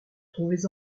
trouvez